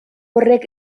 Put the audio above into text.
horrek